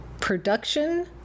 production